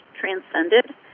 transcended